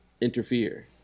interfere